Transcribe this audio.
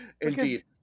Indeed